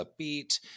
upbeat